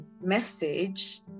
message